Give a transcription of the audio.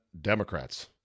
Democrats